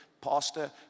pastor